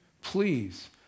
please